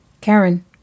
Karen